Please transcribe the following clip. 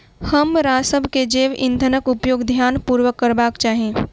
हमरासभ के जैव ईंधनक उपयोग ध्यान पूर्वक करबाक चाही